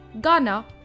Ghana